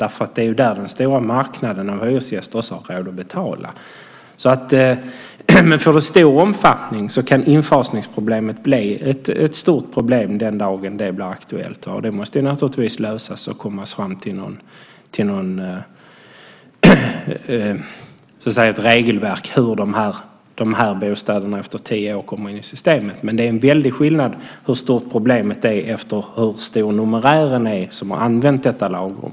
Det är ju där den stora marknaden av hyresgäster också har råd att betala. Men får det här stor omfattning kan infasningsproblemet bli stort den dagen det blir aktuellt. Det måste naturligtvis lösas, och man måste komma fram till ett regelverk i fråga om hur de här bostäderna efter tio år kommer in i systemet. Men det är en väldig skillnad när det gäller hur stort problemet är med tanke på hur stor numerär som har använt detta lagrum.